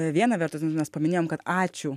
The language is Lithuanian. viena vertus nes mes paminėjom kad ačiū